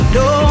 no